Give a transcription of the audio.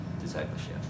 discipleship